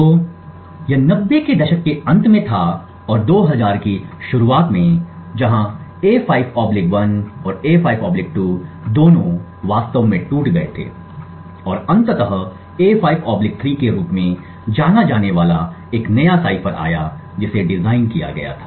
तो यह 90 के दशक के अंत में था और 2000 की शुरुआत में जहां A5 1 और A5 2 दोनों वास्तव में टूट गए थे और अंततः A5 3 के रूप में जाना जाने वाला एक नया साइफर आया जिसे डिजाइन किया गया था